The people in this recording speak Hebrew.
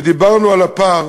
ודיברנו על הפער,